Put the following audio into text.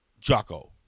Jocko